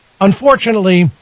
Unfortunately